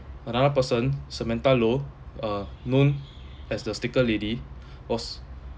another person samantha lo uh known as the sticker lady was